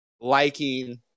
liking